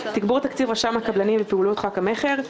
תגבור תקציב רשם הקבלנים ופעילות חוק המכר,